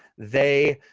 they